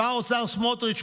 שר האוצר סמוטריץ',